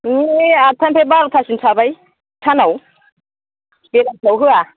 ओइ आठथानिफ्राय बार'थासिम थाबाय सानाव बेलासियाव होआ